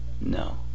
no